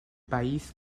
país